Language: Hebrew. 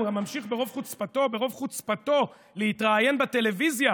הוא גם ממשיך ברוב חוצפתו להתראיין בטלוויזיה: